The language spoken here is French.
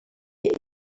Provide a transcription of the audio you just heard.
est